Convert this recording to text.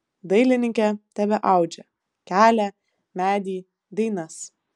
dailininkė tebeaudžia kelią medį dainas